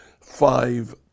five